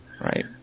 Right